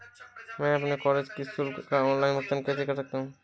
मैं अपने कॉलेज की शुल्क का ऑनलाइन भुगतान कैसे कर सकता हूँ?